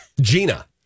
Gina